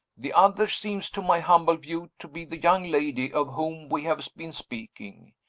the other seems, to my humble view, to be the young lady of whom we have been speaking.